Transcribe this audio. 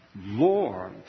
Lord